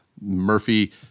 Murphy